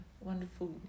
wonderful